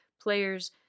players